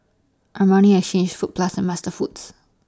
Armani Exchange Fruit Plus and MasterFoods